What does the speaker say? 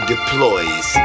Deploys